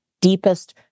deepest